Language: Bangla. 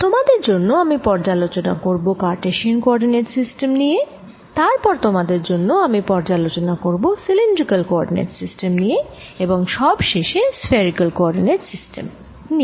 তোমাদের জন্যে আমি পর্যালোচনা করবো কারটেসিয়ান কোঅরডিনেট সিস্টেম নিয়ে তারপর তোমাদের জন্যে আমি পর্যালোচনা করবো সিলিন্ড্রিকাল কোঅরডিনেট সিস্টেম নিয়ে এবং সব শেষে স্ফেরিকাল কোঅরডিনেট সিস্টেম নিয়ে